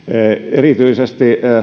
erityisesti